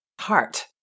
heart